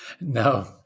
No